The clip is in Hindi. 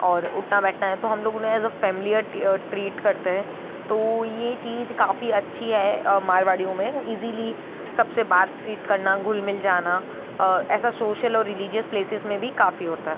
उठना बैठना है तो हम लोग उन्हें एज़ अ फेम्लियर ट्रीट करते हैं तो ये चीज़ काफ़ी अच्छी है मारवाड़ियों में ईजीली सबसे बातचीत करना घुल मिल जाना और ऐसा सोशल और रिलीजिअस प्लेसिस में भी काफ़ी होता है